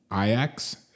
ix